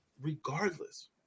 Regardless